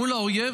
מול האויב,